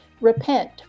Repent